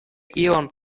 ion